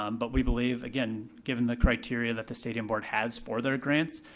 um but we believe, again, given the criteria that the stadium board has for their grants,